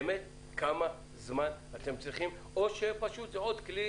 כמה זמן אתם באמת צריכים או שפשוט זה עוד כלי